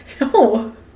No